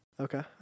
Okay